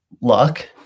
luck